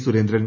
Surendran